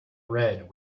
red